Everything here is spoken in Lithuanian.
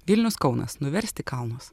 vilnius kaunas nuversti kalnus